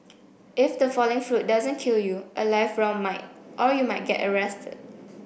if the falling fruit doesn't kill you a live round might or you might get arrested